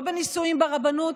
לא בנישואים ברבנות